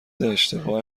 اشتباه